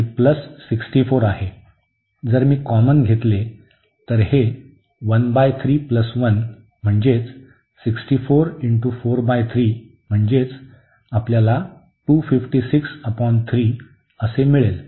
जर मी कॉमन घेतले तर हे म्हणजे म्हणजे मिळेल